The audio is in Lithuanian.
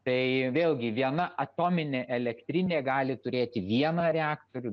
tai vėlgi viena atominė elektrinė gali turėti vieną reaktorių